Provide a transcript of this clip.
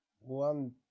one